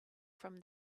from